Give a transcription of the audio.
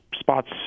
spots